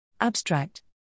Abstract